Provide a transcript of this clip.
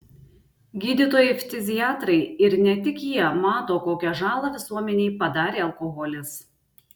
gydytojai ftiziatrai ir ne tik jie mato kokią žalą visuomenei padarė alkoholis